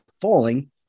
falling